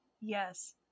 yes